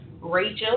rachel